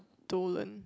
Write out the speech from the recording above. Dolan